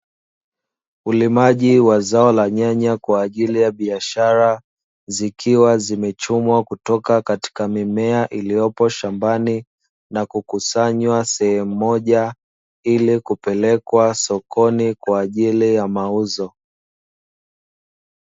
Ulimaji wa zao la nyanya kwa ajili ya biashara, zikiwa zimechumwa kutoka katika mimea iliyopo shambani na kukusanywa sehemu moja ili kupelekwa sokoni kwa ajili ya mauzo.